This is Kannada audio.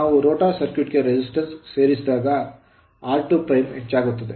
ನಾವು ರೋಟರ್ ಸರ್ಕ್ಯೂಟ್ ಗೆ resistance ಪ್ರತಿರೋಧವನ್ನು ಸೇರಿಸಿದರೆ ಆಗ r2 ಹೆಚ್ಚಾಗುತ್ತದೆ